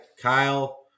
Kyle